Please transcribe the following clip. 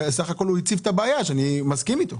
בסך הכול הוא הציף את הבעיה ואני מסכים איתו.